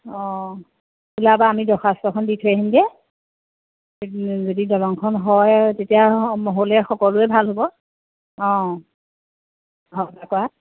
অঁ ওলাবা আমি দৰ্খাস্তখন দি থৈ আহিমগৈ যদি দলংখন হয় তেতিয়া হ'লে সকলোৰে ভাল হ'ব অঁ